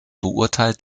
beurteilt